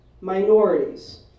minorities